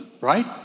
right